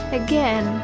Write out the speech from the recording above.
again